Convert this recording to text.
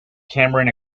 cameron